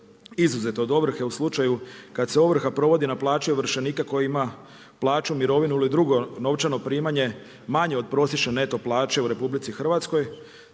izuzet od ovrhe, u slučaju kad se ovrha provodi na plaće ovršenika koji ima plaću, mirovinu ili drugo novčano primanje, manje od prosječno neto plaće u RH, te